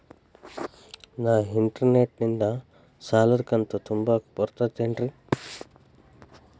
ನಾ ಇಂಟರ್ನೆಟ್ ನಿಂದ ಸಾಲದ ಕಂತು ತುಂಬಾಕ್ ಬರತೈತೇನ್ರೇ?